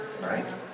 right